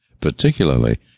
particularly